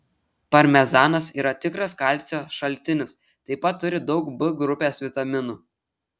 parmezanas yra tikras kalcio šaltinis taip pat turi daug b grupės vitaminų